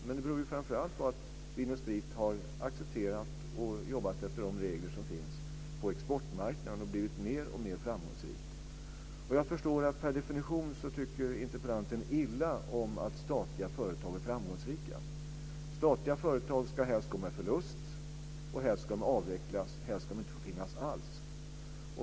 Men det beror framför allt på att Vin & Sprit har accepterat och jobbat efter de regler som finns på exportmarknaden och blivit mer och mer framgångsrikt. Jag förstår att interpellanten per definition tycker illa om att statliga företag är framgångsrika. Statliga företag ska gå med förlust. De ska avvecklas, men helst ska de inte få finnas alls.